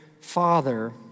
father